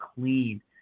clean